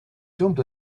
jumped